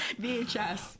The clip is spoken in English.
vhs